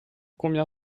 combien